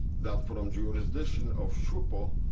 that from jurisdiction of schutzpo,